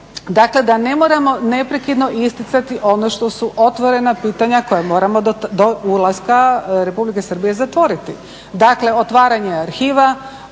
dakle da ne moramo neprekidno isticati ono što su otvorena pitanja koja moramo do ulaska Republike Srbije zatvorili. Dakle otvaranje arhiva